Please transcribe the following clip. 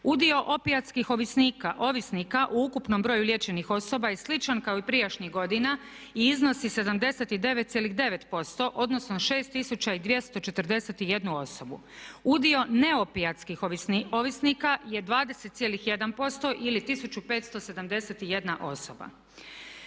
Udio opijatskih ovisnika u ukupnom broju liječenih osoba je sličan kao i prijašnjih godina i iznosi 79,9%, odnosno 6241 osobu. Udio neopijatskih ovisnika je 20,1% ili 1571 osoba.